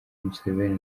museveni